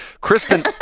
Kristen